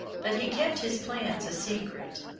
but he kept his plans a secret.